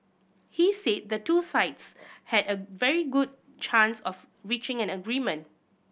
he said the two sides had a very good chance of reaching an agreement